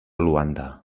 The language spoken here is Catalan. luanda